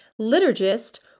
liturgist